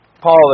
Paul